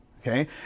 okay